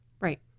Right